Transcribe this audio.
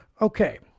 Okay